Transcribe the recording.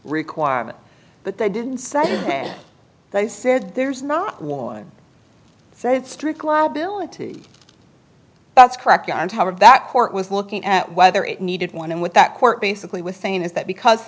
requirement but they didn't say they said there's not one say that strict liability that's correct on top of that court was looking at whether it needed one and what that court basically with saying is that because